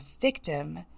victim